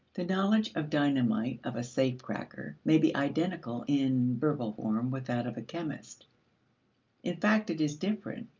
the knowledge of dynamite of a safecracker may be identical in verbal form with that of a chemist in fact, it is different,